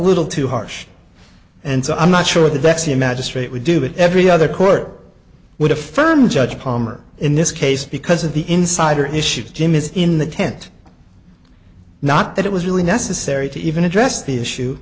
little too harsh and so i'm not sure that that's the magistrate would do it every other court would affirm judge palmer in this case because of the insider issues jim is in the tent not that it was really necessary to even address the issue